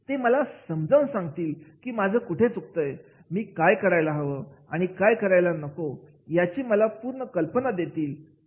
ते मला समजावून सांगतील की माझं कुठे चुकतंय मी काय करायला हवं आणि काय करायला नको याची मला पुर्ण कल्पना देतील